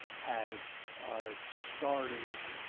has started